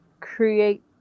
create